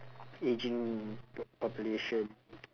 ageing po~ population